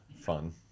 fun